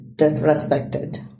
respected